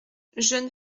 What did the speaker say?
jeune